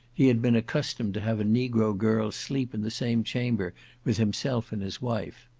he had been accustomed to have a negro girl sleep in the same chamber with himself and his wife.